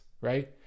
Right